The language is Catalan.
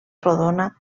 rodona